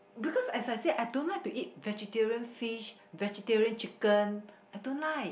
because as I say I don't like to eat vegetarian fish vegetarian chicken I don't like